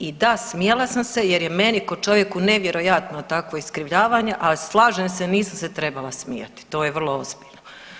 I da smijala sam se jer meni kao čovjeku nevjerojatno takvo iskrivljavanje, ali slažem se nisam se trebala smijati, to je vrlo ozbiljno.